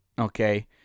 Okay